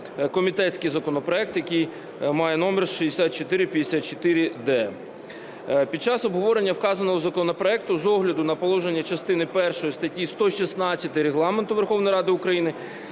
комітетський законопроект, який має номер 6454-д. Під час обговорення вказаного законопроекту з огляду на положення частини першої статті 116 Регламенту Верховної Ради України